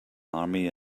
army